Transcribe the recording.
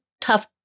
tough